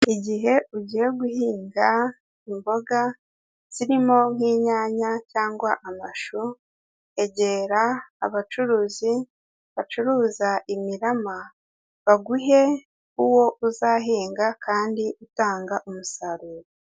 Igihe ugiye guhinga imboga zirimo nk'inyanya cyangwa amashu, egera abacuruzi bacuruza imirama baguhe uwo uzahinga kandi utanga umusaruro.